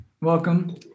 Welcome